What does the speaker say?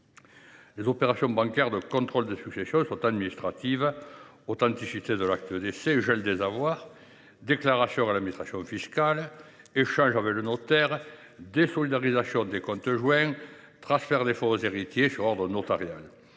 Les opérations bancaires de contrôle des successions sont administratives : vérification de l’authenticité de l’acte de décès, gel des avoirs, déclaration à l’administration fiscale, échanges avec le notaire, désolidarisation des comptes joints, transfert des fonds aux héritiers sur ordre notarial,